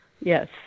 Yes